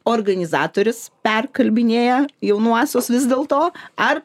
organizatorius perkalbinėja jaunuosius vis dėlto ar